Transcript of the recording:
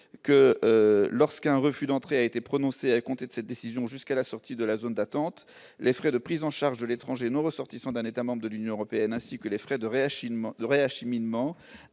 que lorsqu'un refus d'entrée a été prononcé à compter de cette décision, jusqu'à la sortie de la zone d'attente, les frais de prise en charge de l'étranger non ressortissant d'un État membre de l'Union européenne ainsi que les frais de réacheminement